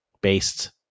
based